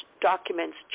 documents